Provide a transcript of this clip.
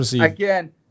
again